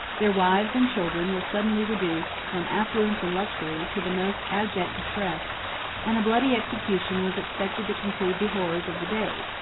their wives and children were suddenly reduced, from affluence and luxury, to the most abject distress and a bloody execution was expected to conclude the horrors of the day,